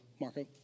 Marco